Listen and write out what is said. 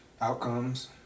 outcomes